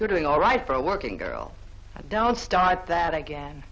you're doing all right for a working girl don't start that again